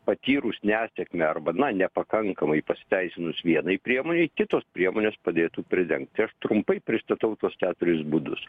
patyrus nesėkmę arba na nepakankamai pasiteisinus vienai priemonei kitos priemonės padėtų pridengt tai aš trumpai pristatau tuos keturis būdus